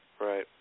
Right